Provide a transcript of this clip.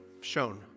shown